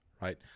right